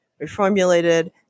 reformulated